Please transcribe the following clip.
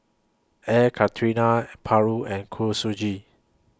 Air Karthira Paru and Kuih Suji